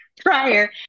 prior